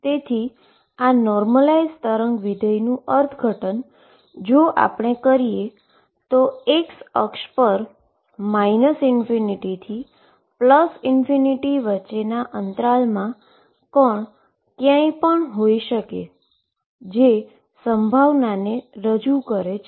તેથી આ normalise wave function નુ ઈન્ટરર્પ્રીટેશન જો આપણે કરીએ તો x અક્ષ પર ∞ થી વચ્ચેના ઈન્ટરવલમાં કણ ક્યાંય પણ હોય શકે જે પ્રોબેબીલીટીને રજૂ કરે છે